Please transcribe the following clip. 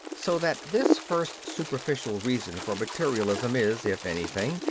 so that this first superficial reason for materialism is, if anything,